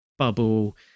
Bubble